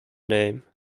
name